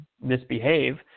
misbehave